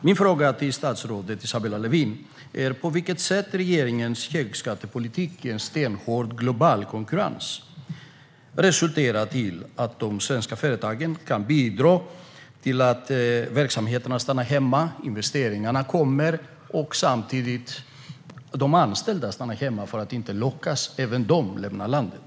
Min fråga till statsrådet Isabella Lövin är på vilket sätt regeringens högskattepolitik i en stenhård global konkurrens resulterar i att de svenska företagen kan bidra till att verksamheterna stannar här, att investeringarna kommer och att de anställda stannar här och inte lockas att lämna landet.